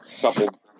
couple